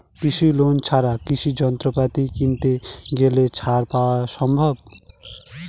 কৃষি লোন ছাড়া কৃষি যন্ত্রপাতি কিনতে গেলে ছাড় পাওয়া সম্ভব?